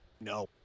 no